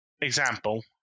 example